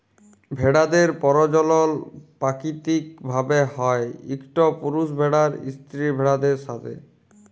ভেড়াদের পরজলল পাকিতিক ভাবে হ্যয় ইকট পুরুষ ভেড়ার স্ত্রী ভেড়াদের সাথে